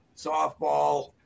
Softball